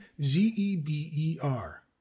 z-e-b-e-r